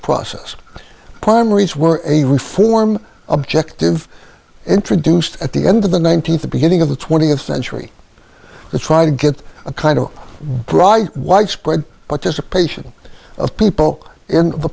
process primaries were a reform objective introduced at the end of the nineteenth the beginning of the twentieth century the try to get a kind of bright widespread participation of people in the